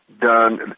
done